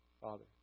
Father